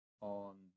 on